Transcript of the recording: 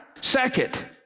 Second